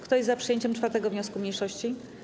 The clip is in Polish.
Kto jest za przyjęciem 4. wniosku mniejszości?